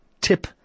tip